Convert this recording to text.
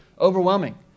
overwhelming